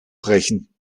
brechen